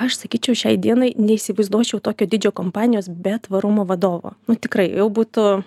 aš sakyčiau šiai dienai neįsivaizduočiau tokio dydžio kompanijos be tvarumo vadovo nu tikrai jau būtų